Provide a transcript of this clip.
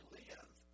live